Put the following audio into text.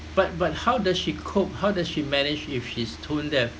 but but how does she cope how does she manage if she's tone deaf